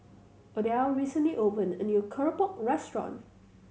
Odile recently opened a new keropok restaurant